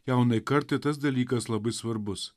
jaunai kartai tas dalykas labai svarbus